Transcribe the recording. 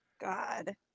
God